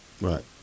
Right